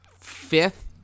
fifth